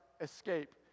escape